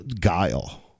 guile